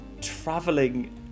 traveling